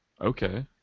Okay